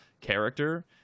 character